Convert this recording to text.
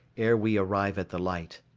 ere we arrive at the light.